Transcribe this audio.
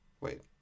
Wait